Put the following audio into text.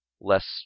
less